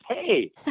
Hey